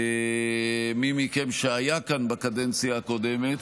מי מכם שהיה כאן בקדנציה הקודמת,